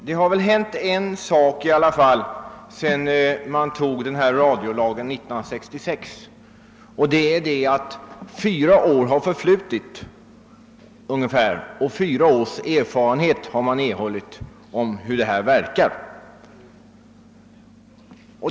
Herr talman! Det har väl i alla fall hänt en sak sedan radiolagen antogs 1966, nämligen att ungefär fyra år har förflutit och man alltså har erhållit fyra års erfarenhet av hur den verkar.